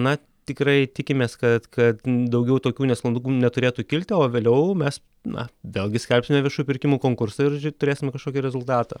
na tikrai tikimės kad kad daugiau tokių nesklandumų neturėtų kilti o vėliau mes na vėlgi skelbsime viešųjų pirkimų konkursą ir turėsime kažkokį rezultatą